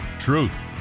truth